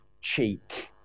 cheek